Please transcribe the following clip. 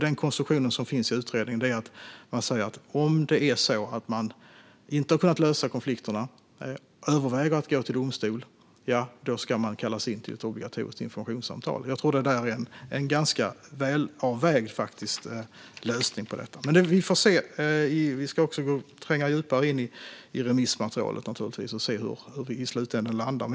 Den konstruktion som finns i utredningen innebär att om man inte har kunnat lösa konflikterna och överväger att gå till domstol ska man kallas in till ett obligatoriskt informationssamtal. Jag tror att det är en ganska välavvägd lösning på detta. Men vi får se. Vi ska också tränga djupare in i remissmaterialet naturligtvis och se hur vi landar i slutändan.